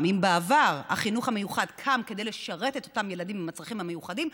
אם בעבר החינוך המיוחד קם כדי לשרת את אותם ילדים עם הצרכים המיוחדים,